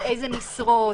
על איזה משרות,